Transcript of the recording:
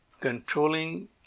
controlling